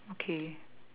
okay